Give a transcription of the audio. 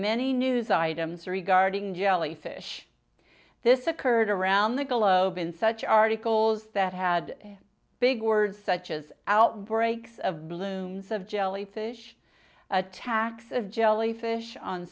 many news items regarding jellyfish this occurred around the globe in such articles that had big words such as outbreaks of blooms of jellyfish attacks of jellyfish on